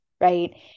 right